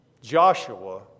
Joshua